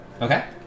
Okay